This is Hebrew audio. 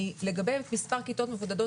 לגבי מספר כיתות מבודדות,